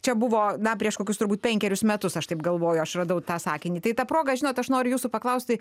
čia buvo na prieš kokius turbūt penkerius metus aš taip galvoju aš radau tą sakinį tai ta proga žinot aš noriu jūsų paklausti